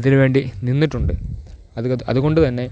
ഇതിനുവേണ്ടി നിന്നിട്ടുണ്ട് അതുകൊണ്ടുതന്നെ